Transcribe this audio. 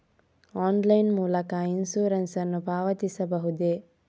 Online ಮೂಲಕ insurance ನ್ನು ಪಾವತಿಸಬಹುದೇ?